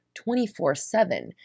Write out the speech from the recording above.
24-7